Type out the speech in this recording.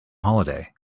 holiday